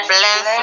Bless